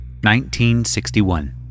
1961